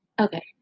Okay